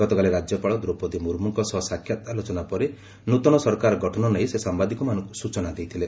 ଗତକାଳି ରାଜ୍ୟପାଳ ଦ୍ରୌପଦୀ ମୁର୍ମୁଙ୍କ ସହ ସାକ୍ଷାତ ଆଲୋଚନା ପରେ ନୃତନ ସରକାର ଗଠନ ନେଇ ସେ ସାମ୍ବାଦିକମାନଙ୍କୁ ସୂଚନା ଦେଇଥିଲେ